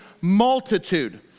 multitude